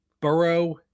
Burrow